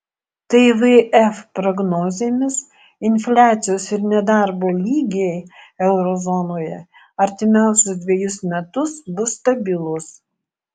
tvf prognozėmis infliacijos ir nedarbo lygiai euro zonoje artimiausius dvejus metus bus stabilūs